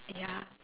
ya